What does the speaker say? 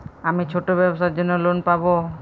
আমি ছোট ব্যবসার জন্য লোন পাব?